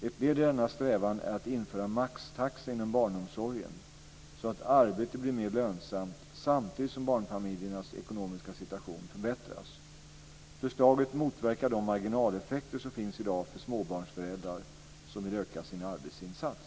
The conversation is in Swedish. Ett led i denna strävan är att införa maxtaxa inom barnomsorgen så att arbete bli mer lönsamt samtidigt som barnfamiljernas ekonomiska situation förbättras. Förslaget motverkar de marginaleffekter som finns i dag för småbarnsföräldrar som vill öka sin arbetsinsats.